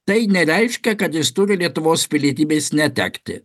tai nereiškia kad jis turi lietuvos pilietybės netekti